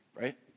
Right